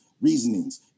reasonings